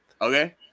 Okay